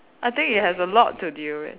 I think it has a lot to deal